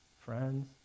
friends